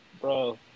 bro